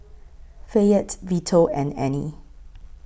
Fayette Vito and Annie